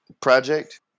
project